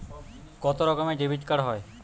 কত রকমের ডেবিটকার্ড হয়?